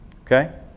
Okay